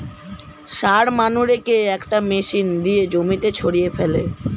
সার মানুরেকে একটা মেশিন দিয়ে জমিতে ছড়িয়ে ফেলে